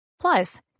Plus